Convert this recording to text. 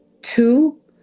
Two